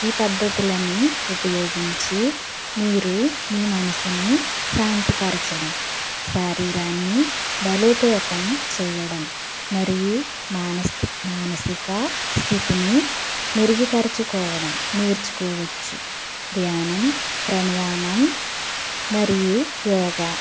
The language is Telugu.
ఈ పద్ధతులను ఉపయోగించి మీరు మీ మనసును శాంతిపరచడం శరీరాన్ని బలోపేతం చేయడం మరియు మానసిక్ మానసిక స్థితిని మెరుగుపరచుకోవడం నేర్చుకోవచ్చు ధ్యానంప్రాణయామం మరియు యోగ